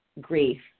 grief